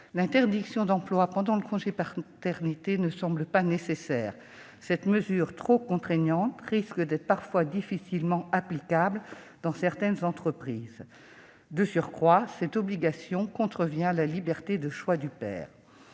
L'interdiction d'emploi pendant le congé paternité ne semble pas nécessaire. Cette mesure trop contraignante risque d'être parfois difficilement applicable dans certaines entreprises. De surcroît, une telle obligation contrevient à la liberté de choix du père.